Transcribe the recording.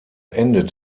endet